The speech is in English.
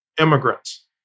immigrants